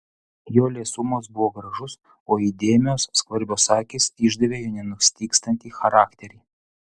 jo liesumas buvo gražus o įdėmios skvarbios akys išdavė jo nenustygstantį charakterį